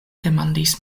demandis